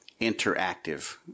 interactive